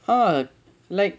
ah like